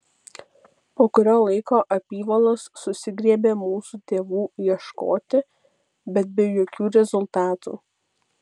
po kurio laiko apyvalos susigriebė mūsų tėvų ieškoti bet be jokių rezultatų